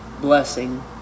blessing